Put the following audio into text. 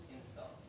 install